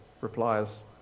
replies